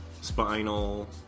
Spinal